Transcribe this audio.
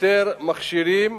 יותר מכשירים